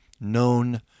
known